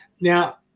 Now